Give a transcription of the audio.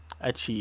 achieve